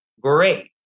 great